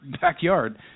backyard